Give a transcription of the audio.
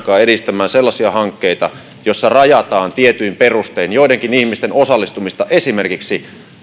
edistämään sellaisia hankkeita joissa rajataan tietyin perustein joidenkin ihmisten osallistumista esimerkiksi